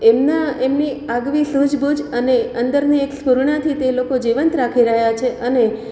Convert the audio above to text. એમના એમની આગવી સૂજબૂજ અને અંદરની એક સ્ફૂર્ણાથી તે લોકો જીવંત રાખી રહ્યા છે અને